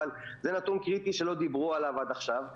אבל זה נתון קריטי שלא דיברו עליו עד עכשיו.